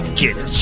get